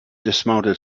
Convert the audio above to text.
dismounted